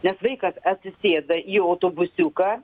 nes vaikas atsisėda į autobusiuką